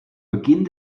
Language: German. beginn